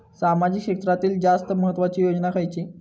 सामाजिक क्षेत्रांतील जास्त महत्त्वाची योजना खयची?